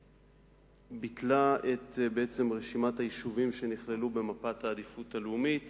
שביטלה את רשימת היישובים שנכללו במפת העדיפות הלאומית